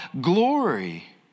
glory